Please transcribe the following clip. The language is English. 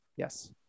Yes